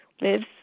lives